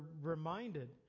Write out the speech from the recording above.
reminded